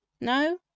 No